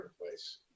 place